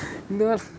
Indo